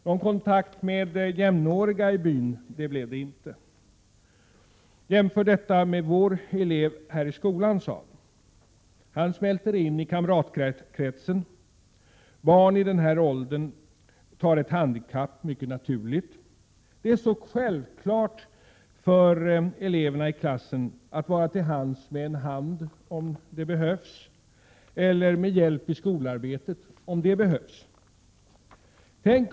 Någon kontakt med jämnåriga i byn blev det inte. Jämför detta med vår elev här i skolan, sade rektorn. Han smälter in i kamratkretsen. Barn i denna ålder tar ett handikapp mycket naturligt. Det är så självklart för eleverna i klassen att vara till hands och att hjälpa till i skolarbetet om det behövs.